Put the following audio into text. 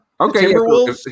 Okay